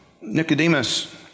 Nicodemus